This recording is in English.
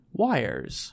wires